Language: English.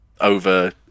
over